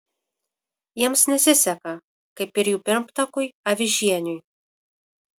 jiems nesiseka kaip ir jų pirmtakui avižieniui